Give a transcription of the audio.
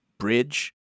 bridge